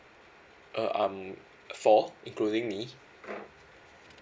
uh um four including me